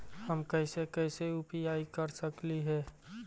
हम कैसे कैसे यु.पी.आई कर सकली हे?